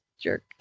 jerk